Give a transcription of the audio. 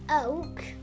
oak